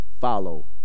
follow